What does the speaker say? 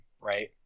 right